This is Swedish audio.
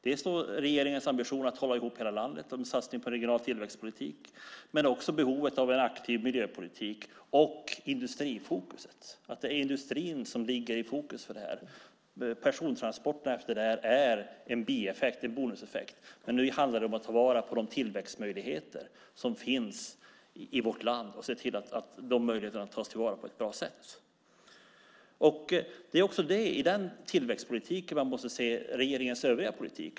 Det handlar om regeringens ambition att hålla ihop hela landet och om att satsa på en regional tillväxtpolitik men också om behovet av en aktiv miljöpolitik och ett industrifokus. Det är industrin som ligger i fokus för detta. Persontransporterna är en bieffekt, en bonuseffekt. Men nu handlar det om att ta vara på de tillväxtmöjligheter som finns i vårt land och se till att dessa möjligheter tas till vara på ett bra sätt. Det är mot bakgrund av den tillväxtpolitiken som man måste se regeringens övriga politik.